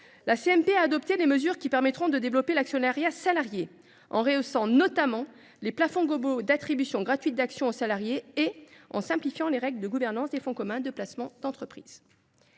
a adopté les mesures qui visent à développer l’actionnariat salarié, en rehaussant notamment les plafonds globaux d’attribution gratuite d’actions aux salariés et en simplifiant les règles de gouvernance des fonds communs de placement d’entreprise.